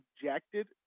objected